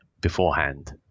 beforehand